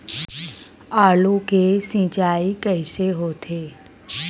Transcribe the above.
आलू के सिंचाई कइसे होथे?